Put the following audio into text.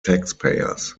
taxpayers